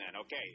Okay